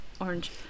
orange